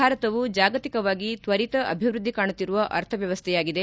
ಭಾರತವು ಜಾಗತಿಕವಾಗಿ ತ್ವರಿತ ಅಭಿವೃದ್ದಿ ಕಾಣುತ್ತಿರುವ ಅರ್ಥವ್ಯವಸ್ಥೆಯಾಗಿದೆ